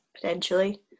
potentially